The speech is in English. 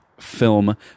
film